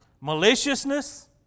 maliciousness